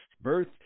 Birth